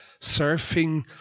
surfing